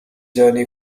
journey